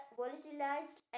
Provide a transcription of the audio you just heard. volatilized